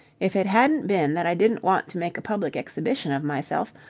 if it hadn't been that i didn't want to make a public exhibition of myself,